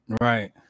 right